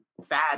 sad